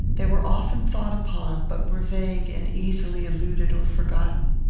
they were often thought upon, but were vague and easily eluded or forgotten.